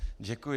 Děkuji.